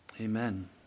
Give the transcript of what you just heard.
Amen